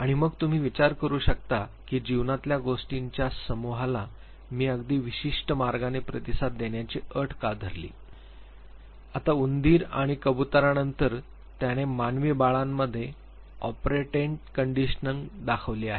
आणि मग तुम्ही विचार करू शकता की जीवनातल्या गोष्टींच्या समूहाला मी अगदी विशिष्ट मार्गाने प्रतिसाद देण्याची अट का धरली गेली आहे आता उंदीर आणि कबूतरांनंतर त्याने मानवी बाळांमध्ये ऑपरेटेंट कंडिशनिंग दाखविली आहे